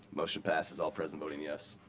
motion passes, all present voting yes.